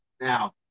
now